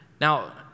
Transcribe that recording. Now